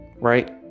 Right